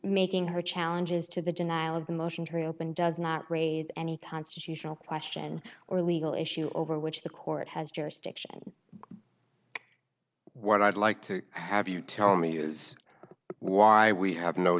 making her challenges to the denial of the motion to reopen does not raise any constitutional question or legal issue over which the court has jurisdiction what i'd like to have you tell me is why we have no